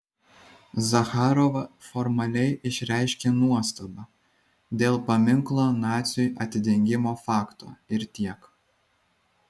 zacharova formaliai išreiškė nuostabą dėl paminklo naciui atidengimo fakto ir tiek